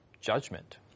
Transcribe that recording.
judgment